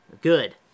good